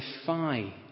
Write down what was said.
defy